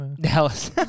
Dallas